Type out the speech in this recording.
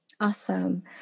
Awesome